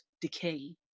decay